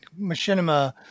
machinima